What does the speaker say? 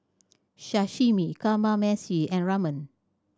Sashimi Kamameshi and Ramen